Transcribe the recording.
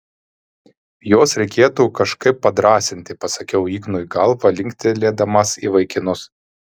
juos reikėtų kažkaip padrąsinti pasakiau ignui galva linktelėdamas į vaikinus